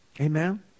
amen